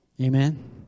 Amen